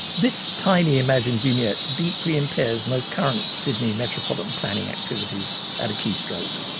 this tiny imagined vignette deeply impairs most current sydney metropolitan planning activities at a key stroke.